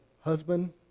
husband